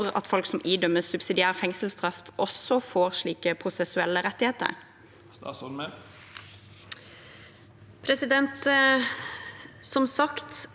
at folk som idømmes subsidiær fengselsstraff, også får slike prosessuelle rettigheter?